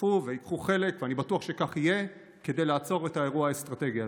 יצטרפו וייקחו חלק כדי לעצור את האירוע האסטרטגי הזה,